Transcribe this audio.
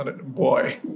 Boy